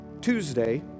Tuesday